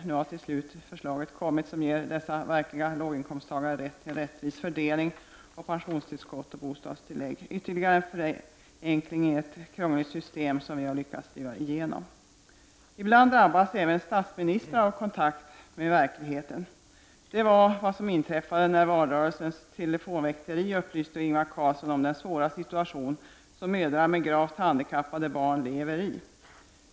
Nu har till slut detta förslag kommit, som ger dessa verkliga låginkomsttagare rätt till en rättvis fördelning av pensionstillskott och bostadstillägg — ytterligare en förenkling som vi har lyckats driva igenom i ett krångligt system. Ibland drabbas även statsministrar av kontakt med verkligheten. Det var vad som inträffade när valrörelsens telefonväkteri upplyste Ingvar Carlsson om den svåra situation som mödrar med gravt handikappade barn lever i.